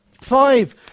Five